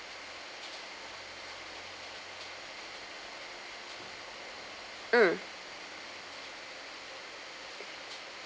mm